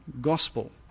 gospel